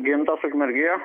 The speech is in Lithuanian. gintas ukmergė